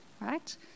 right